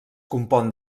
compon